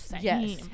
Yes